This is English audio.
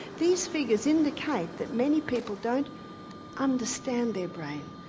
these figures indicate that many people don't understand their brain,